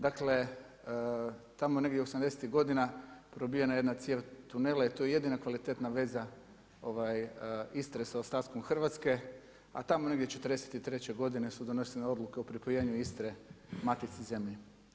Dakle, tamo negdje osamdesetih godina probijena je jedna cijev tunela i tu je jedina kvalitetna veza Istre sa ostatkom Hrvatske, a tamo negdje '43. godine su donesene odluke o pripojenju Istre matici zemlji.